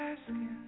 asking